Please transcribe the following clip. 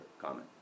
comment